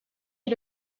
est